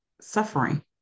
suffering